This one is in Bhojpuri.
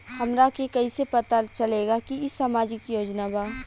हमरा के कइसे पता चलेगा की इ सामाजिक योजना बा?